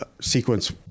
sequence